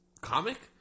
comic